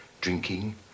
drinking